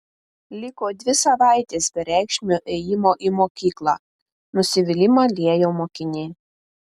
liko dvi savaitės bereikšmio ėjimo į mokyklą nusivylimą liejo mokinė